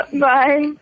Bye